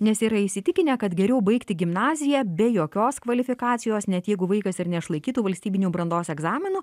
nes yra įsitikinę kad geriau baigti gimnaziją be jokios kvalifikacijos net jeigu vaikas ir neišlaikytų valstybinių brandos egzaminų